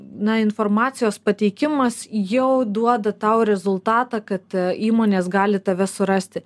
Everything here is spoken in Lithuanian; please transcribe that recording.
na informacijos pateikimas jau duoda tau rezultatą kad įmonės gali tave surasti